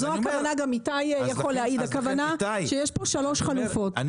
זו הכוונה וגם איתי יכול להעיד הכוונה שיש פה שלוש חלופות.